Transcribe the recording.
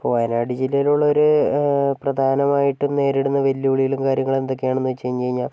ഇപ്പം വയനാട് ജില്ലയിലുള്ളവർ പ്രധാനമായിട്ടും നേരിടുന്ന വെല്ലുവിളികളും കാര്യങ്ങളും എന്തോക്കെയാണെന്ന് വെച്ചുകഴിഞ്ഞുകഴിഞ്ഞാൽ